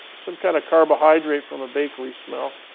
some kind of carbohydrate from a bakery smell.